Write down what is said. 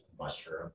mushroom